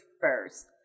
first